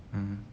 mmhmm